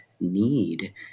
need